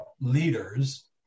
leaders